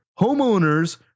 Homeowners